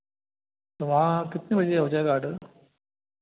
तो वहाँ कितने बजे हो जाएगा आर्डर